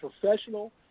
professional